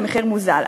במחיר מוזל.